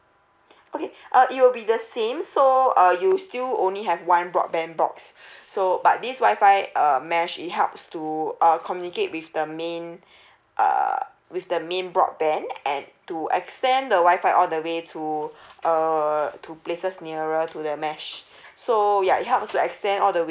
okay uh it will be the same so uh you still only have one broadband box so but this wi-fi um mesh it helps to uh communicate with the main err with the main broadband and to extend the wi-fi all the way to err to places nearer to the mesh so ya it helps to extend all the